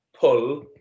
pull